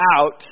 out